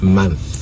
month